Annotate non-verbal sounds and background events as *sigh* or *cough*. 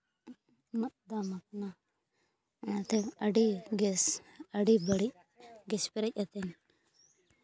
ᱩᱱᱟᱹᱜ ᱫᱟᱢ ᱠᱟᱱᱟ ᱚᱱᱟᱛᱮ ᱟᱹᱰᱤ ᱜᱮᱥ ᱟᱹᱰᱤ ᱵᱟᱹᱲᱤᱡ ᱜᱮᱥ ᱯᱮᱨᱮᱡ ᱠᱟᱛᱮ *unintelligible*